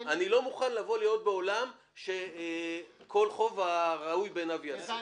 אני לא מוכן להיות בעולם שכל חוב הראוי בעיניו יעשה.